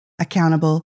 accountable